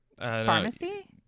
pharmacy